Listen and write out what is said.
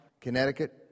Connecticut